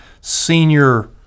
Senior